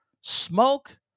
smoke